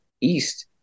east